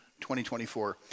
2024